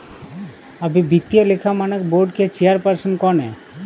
अभी वित्तीय लेखा मानक बोर्ड के चेयरपर्सन कौन हैं?